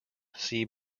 see